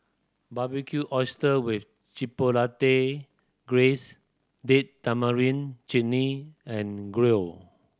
Barbecued Oyster with Chipotle Glaze Date Tamarind Chutney and Gyro